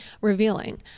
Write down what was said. revealing